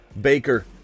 Baker